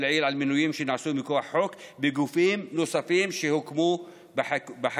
לעיל על מינויים שנעשו מכוח חוק בגופים נוספים שהוקמו בחקיקה.